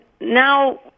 now